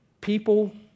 people